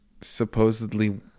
supposedly